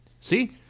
See